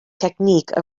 technique